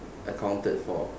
accounted for